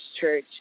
church